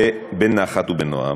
בנחת ובנועם,